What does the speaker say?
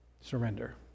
Surrender